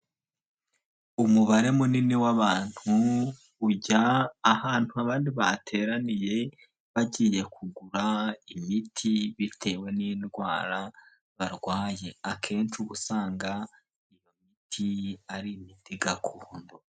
Umubare munini w'abantu ujya ahantu abandi bateraniye, bagiye kugura imiti bitewe n'indwara barwaye. Akenshi uba usanga iyi ari imiti gakondo.